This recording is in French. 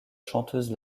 chanteuse